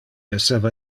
esseva